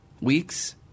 Weeks